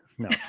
No